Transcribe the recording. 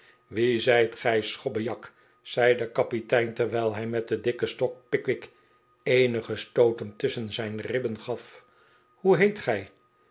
wie zijt gij schobbejak zei de kapitein terwijl hij met zijn dikken stok pickwick eenige stooten tusschen zijn ribben gap hoe heet gij